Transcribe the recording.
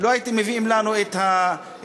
הייתם מביאים לנו את ההעתק.